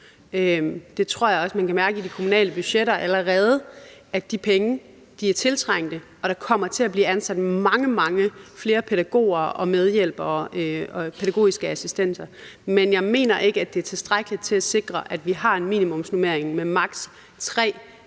Det tror jeg også at man allerede kan mærke i de kommunale budgetter. De penge er tiltrængt, og der kommer til at blive ansat mange, mange flere pædagoger og medhjælpere og pædagogiske assistenter. Men jeg mener ikke, at det er tilstrækkeligt til at sikre, at vi har en minimumsnormering med maks.